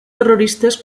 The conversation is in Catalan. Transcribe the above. terroristes